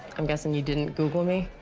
i'm guessing you didn't google me?